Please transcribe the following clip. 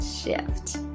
Shift